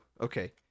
Okay